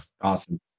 awesome